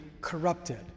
corrupted